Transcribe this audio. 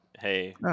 Hey